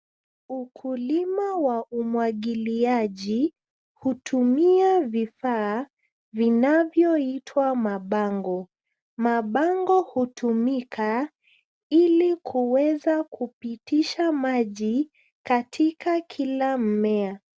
Ukulima wa umwagiliaji hutumia vifaa vinavyoitwa mabango. Mabango hutumika ili kuweza kupitisha maji katika kila mmea.